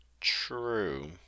True